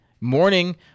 Morning